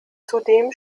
zudem